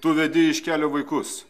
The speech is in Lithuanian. tu vedi iš kelio vaikus